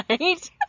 right